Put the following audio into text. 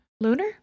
Lunar